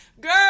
Girl